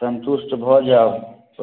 सन्तुष्ट भऽ जाउ